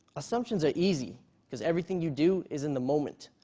assumptions are easy because everything you do is in the moment.